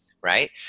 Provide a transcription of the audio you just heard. right